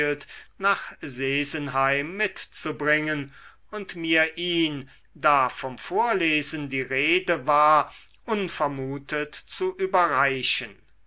nach sesenheim mitzubringen und mir ihn da vom vorlesen die rede war unvermutet zu überreichen